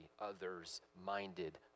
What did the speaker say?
others-minded